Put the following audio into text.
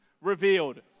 revealed